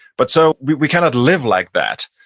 but so we we kind of live like that,